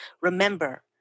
Remember